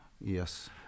Yes